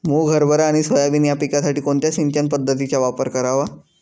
मुग, हरभरा आणि सोयाबीन या पिकासाठी कोणत्या सिंचन पद्धतीचा वापर करावा?